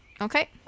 Okay